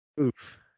Oof